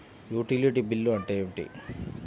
Utility bill అంటే ఏమిటి?